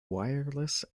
wireless